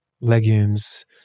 legumes